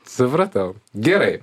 supratau gerai